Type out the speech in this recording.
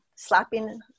slapping